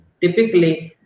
typically